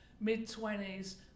mid-twenties